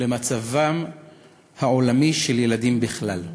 למצבם העולמי של ילדים בכלל.